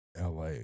LA